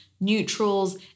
neutrals